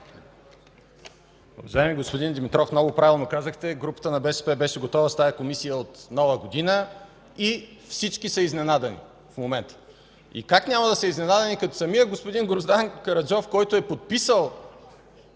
Уважаеми господин Димитров, много правилно казахте – групата на БСП беше готова с тази Комисия от Нова година и в момента всички са изненадани. Как няма да са изненадани, като самият господин Гроздан Караджов, който е подписал